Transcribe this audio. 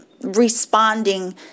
responding